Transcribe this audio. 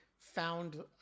found